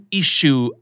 issue